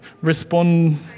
Respond